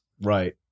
Right